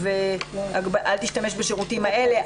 לא להשתמש בשירותים האלה,